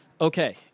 Okay